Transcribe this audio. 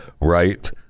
right